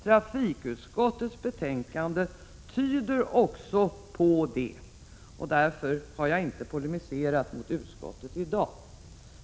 Trafikutskottets betänkande tyder också på det, och därför har jag inte polemiserat mot utskottet i dag.